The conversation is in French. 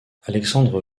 alexandre